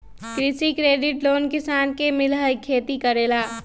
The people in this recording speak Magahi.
कृषि क्रेडिट लोन किसान के मिलहई खेती करेला?